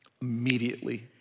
immediately